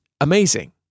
amazing